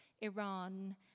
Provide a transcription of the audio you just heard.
Iran